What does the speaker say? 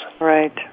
Right